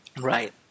Right